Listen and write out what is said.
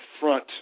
front